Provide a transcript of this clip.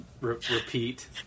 repeat